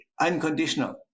unconditional